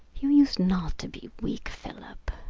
you used not to be weak, philip.